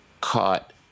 caught